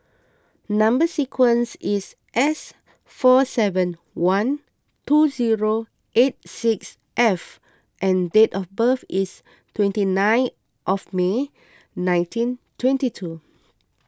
Number Sequence is S four seven one two zero eight six F and date of birth is twenty nine of May nineteen twenty two